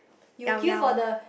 Llao Llao